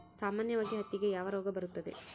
ಸಾಮಾನ್ಯವಾಗಿ ಹತ್ತಿಗೆ ಯಾವ ರೋಗ ಬರುತ್ತದೆ?